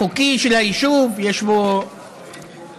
חוקי של היישוב, יש בו עסקים,